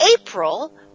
April